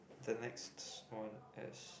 the next one is